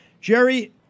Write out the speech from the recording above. Jerry